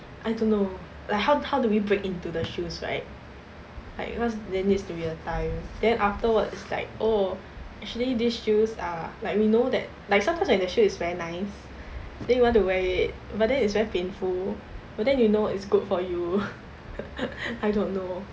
I don't know like how how do we break into the shoes right like cause there needs to be a time then afterwards like oh actually these shoes are like we know that like sometimes when the shoes is very nice then we want to wear it but then it is very painful but then you know it's good for you I don't know